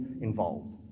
involved